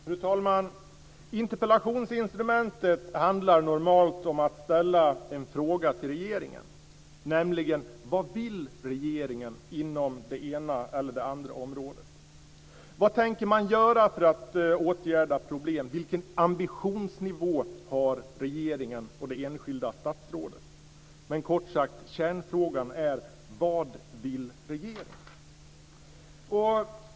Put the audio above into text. Fru talman! Interpellationsinstrumentet handlar normalt om att ställa frågor till regeringen, nämligen: Vilken ambitionsnivå har regeringen och det enskilda statsrådet? Kärnfrågan är kort sagt: Vad vill regeringen?